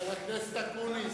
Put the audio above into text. הכנסת אקוניס,